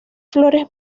flores